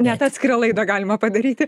net atskirą laidą galima padaryti